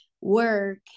work